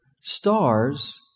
stars